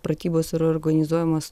pratybos yra organizuojamos